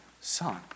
son